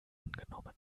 angenommen